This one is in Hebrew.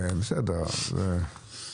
זה ברור.